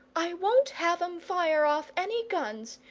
i won't have em fire off any guns!